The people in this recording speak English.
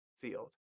field